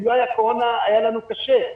אם לא היה קורונה היה לנו קשה,